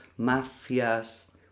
mafias